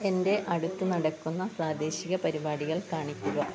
എന്റെ അടുത്ത് നടക്കുന്ന പ്രാദേശിക പരിപാടികൾ കാണിക്കുക